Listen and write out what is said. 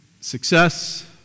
success